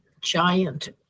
giant